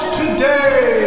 today